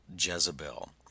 Jezebel